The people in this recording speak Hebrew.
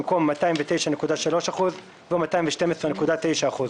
במקום "209.3%" יבוא "212.9%".